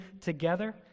together